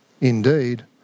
indeed